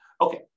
Okay